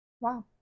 Wow